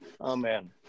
Amen